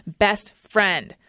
BESTFRIEND